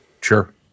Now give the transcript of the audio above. Sure